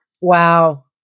Wow